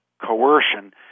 coercion